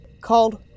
called